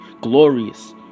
Glorious